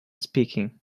speaking